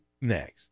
next